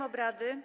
obrady.